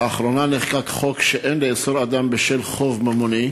לאחרונה נחקק חוק שאין לאסור אדם בשל חוב ממוני,